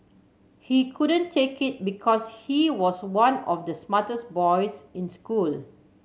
he couldn't take it because he was one of the smartest boys in school